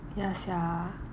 ya sia